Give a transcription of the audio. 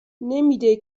نمیده